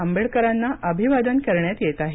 आंबेडकरांना अभिवादन करण्यात येत आहे